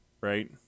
right